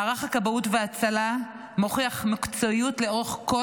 מערך הכבאות וההצלה מוכיח מקצועיות לאורך כל